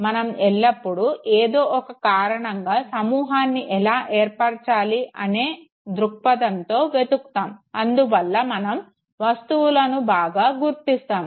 మనం ఎల్లప్పుడు ఏదో ఒక కారణంగా సమూహాన్ని ఎలా ఏర్పరచాలి అనే దృక్పధంతో వెతుకుతాము అందువల్ల మనం వస్తువులని బాగా గుర్తిస్తారు